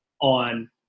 on